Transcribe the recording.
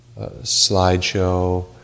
slideshow